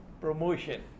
promotion